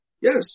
Yes